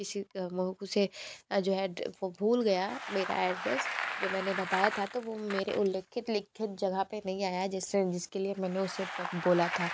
किसी वो उसे जो है वो भूल गया मेरा एड्रेस जो मैंने बताया था तो वो मेरे उल्लेखित लिखित जगह पर नहीं आया जिस ने जिस के लिए मैंने उसे बोला था